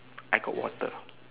I got water